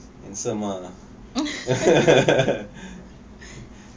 handsome ah